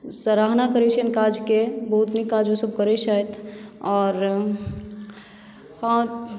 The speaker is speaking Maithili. सराहना करैत छियनि काजकेँ बहुत नीक ओ सभ काज करय छथि आओर हँ